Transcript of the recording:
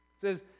says